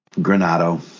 Granado